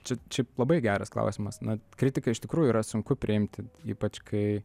čia šiaip labai geras klausimas na kritiką iš tikrųjų yra sunku priimti ypač kai